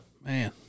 man